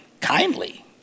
kindly